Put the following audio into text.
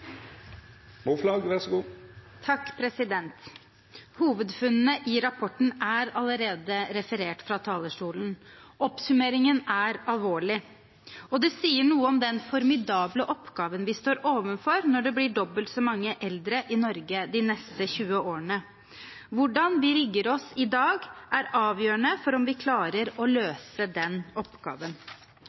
sier noe om den formidable oppgaven vi står overfor når det blir dobbelt så mange eldre i Norge de neste 20 årene. Hvordan vi rigger oss i dag, er avgjørende for om vi klarer å løse den oppgaven.